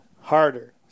harder